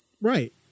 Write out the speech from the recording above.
Right